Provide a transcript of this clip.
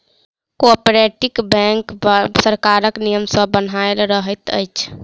cooperative bank सरकारक नियम सॅ बन्हायल रहैत अछि